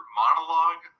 monologue